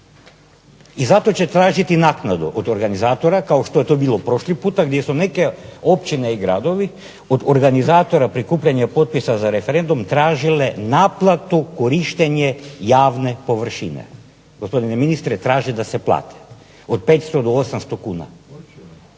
I za to će tražiti naknadu od organizatora kao što je to bilo prošli puta gdje su neke općine i gradovi od organizatora prikupljanja potpisa za referendum tražile naplatu korištenje javne površine. Gospodine ministre, traže da se plati od 500 do 800 kuna.